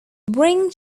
bring